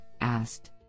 asked